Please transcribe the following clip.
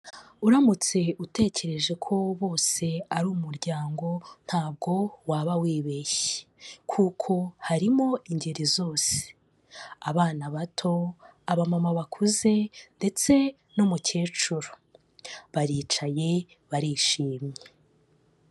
Uramutse utekereje ko bose ari umuryango ntabwo waba wibeshye, kuko harimo ingeri zose, abana bato, aba mama bakuze, ndetse n'umukecuru. Baricaye barishimye.